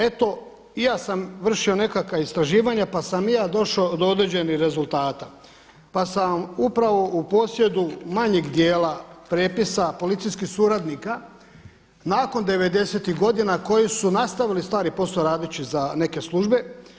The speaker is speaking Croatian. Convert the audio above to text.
Eto i ja sam vršio nekakva istraživanja pa sam i ja došao do određenih rezultata, pa sam vam upravo u posjedu manjeg dijela prijepisa policijskih suradnika nakon devedesetih godina koji su nastavili stari posao radeći za neke službe.